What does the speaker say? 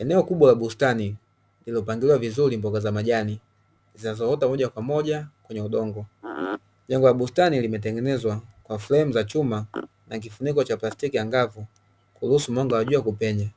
Eneo kubwa la bustani lililopangiliwa vizuri mboga za majani, zinazo ota moja kwa moja kwenye udongo. Jengo la bustani limetengenezwa kwa fremu za chuma na kifuniko cha plastiki angavu kuruhusu mwanga wa jua kupenya,